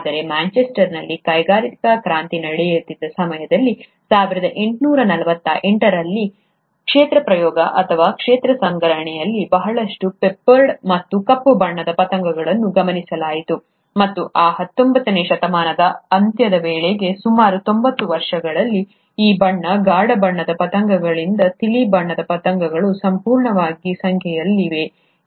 ಆದರೆ ಮ್ಯಾಂಚೆಸ್ಟರ್ನಲ್ಲಿ ಕೈಗಾರಿಕಾ ಕ್ರಾಂತಿ ನಡೆಯುತ್ತಿದ್ದ ಸಮಯದಲ್ಲಿ 1848 ರಲ್ಲಿ ಕ್ಷೇತ್ರ ಪ್ರಯೋಗ ಅಥವಾ ಕ್ಷೇತ್ರ ಸಂಗ್ರಹಣೆಯಲ್ಲಿ ಬಹಳಷ್ಟು ಪೆಪ್ಪೆರ್ಡ್ ಮತ್ತು ಕಪ್ಪು ಬಣ್ಣದ ಪತಂಗಗಳನ್ನು ಗಮನಿಸಲಾಯಿತು ಮತ್ತು ಆ ಹತ್ತೊಂಬತ್ತನೇ ಶತಮಾನದ ಅಂತ್ಯದ ವೇಳೆಗೆ ಸುಮಾರು ತೊಂಬತ್ತು ವರ್ಷಗಳಲ್ಲಿ ಈ ಒಣ ಗಾಢ ಬಣ್ಣದ ಪತಂಗಗಳಿಂದ ತಿಳಿ ಬಣ್ಣದ ಪತಂಗಗಳು ಸಂಪೂರ್ಣವಾಗಿ ಸಂಖ್ಯೆಯಲ್ಲಿವೆ